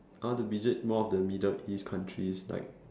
I want to visit more of the middle east countries like